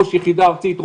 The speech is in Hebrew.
ראש יחידה ארצית,